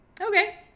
okay